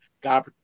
God